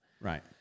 Right